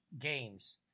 games